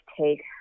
take